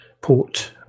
port